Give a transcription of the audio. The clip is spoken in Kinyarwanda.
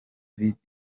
bitwa